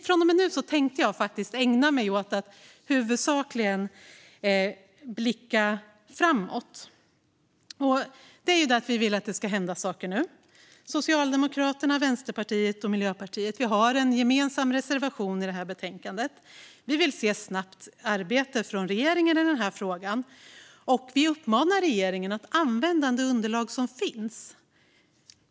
Från och med tänkte jag huvudsakligen blicka framåt, för vi vill att det ska hända saker nu. Socialdemokraterna, Vänsterpartiet och Miljöpartiet har en gemensam reservation i betänkandet. Vi vill se ett snabbt arbete från regeringen i denna fråga. Vi uppmanar regeringen att använda de underlag som finns.